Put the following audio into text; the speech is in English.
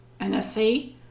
NSA